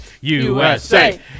USA